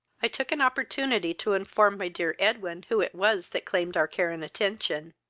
i took an opportunity to inform my dear edwin who it was that claimed our care and attention.